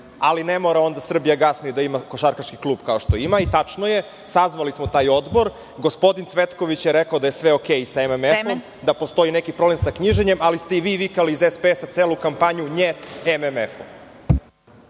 ali ne mora onda "Srbijagas" ni da ima košarkaški klub kao što ima. Tačno je, sazvali smo taj odbor. Gospodin Cvetković je rekao da je sve u redu sa MMF-om, da postoji neki problem sa knjiženjem, ali ste i vi iz SPS vikali celu kampanju "njet" MMF-u.